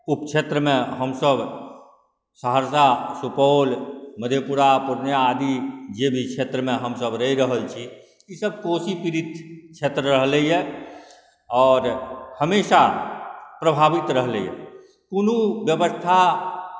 उपक्षेत्रमे हमसब सहरसा सुपौल मधेपुरा पुर्णिया आदि जे भी क्षेत्रमे हमसब रहि रहल छी ईसब कोशी पीड़ित क्षेत्र रहलैए आओर हमेशा प्रभावित रहलैए कोनो बेबस्था